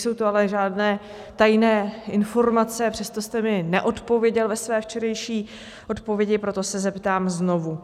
Nejsou to ale žádné informace, a přesto jste mi neodpověděl ve své včerejší odpovědi, proto se zeptám znovu.